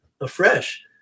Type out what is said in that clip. afresh